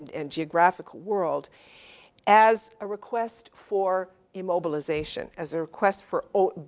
and, and geographical world as a request for immobilization, as a request for oh,